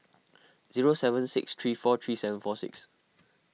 zero seven six three four three seven four six